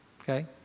Okay